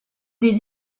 des